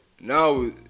now